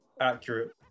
accurate